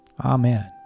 Amen